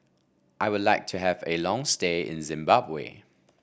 I would like to have a long stay in Zimbabwe